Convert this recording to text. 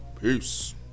peace